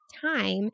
time